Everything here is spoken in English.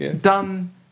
done